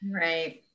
Right